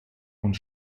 und